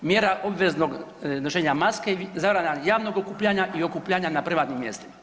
Mjera obveznog nošenja maske, zabrana javnog okupljanja i okupljanja na privatnim mjestima.